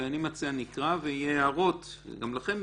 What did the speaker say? ואני מציע שנקרא, ואם יהיו הערות אז